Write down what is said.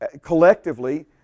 Collectively